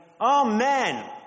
Amen